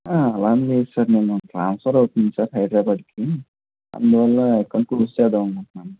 ఆ అలా అని లేదు సార్ నెం నాకు ట్రాన్స్ఫర్ అవుతుంది సార్ హైదరాబాద్కి అందువల్ల అకౌంట్ క్లోస్ చేద్దామనుకుంటున్నాను